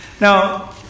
Now